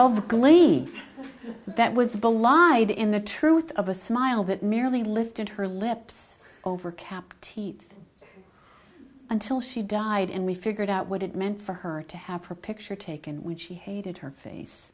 gleni that was the law in the truth of a smile that merely lifted her lips over kept teeth until she died and we figured out what it meant for her to have her picture taken when she hated her face